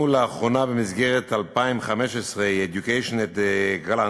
לאחרונה במסגרת 2015 Education at Glance,